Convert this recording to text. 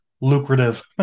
lucrative